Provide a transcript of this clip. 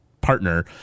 partner